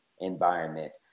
environment